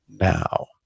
now